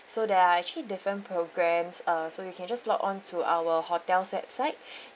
so there are actually different programmes uh so you can just log onto our hotel's website